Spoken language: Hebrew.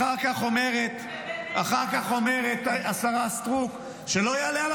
אחר כך אומרת השרה סטרוק שלא יעלה על